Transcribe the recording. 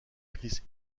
chris